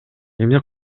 эмне